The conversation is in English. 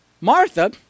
Martha